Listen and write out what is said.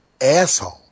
asshole